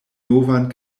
novan